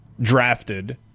drafted